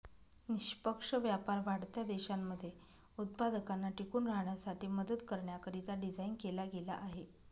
निष्पक्ष व्यापार वाढत्या देशांमध्ये उत्पादकांना टिकून राहण्यासाठी मदत करण्याकरिता डिझाईन केला गेला आहे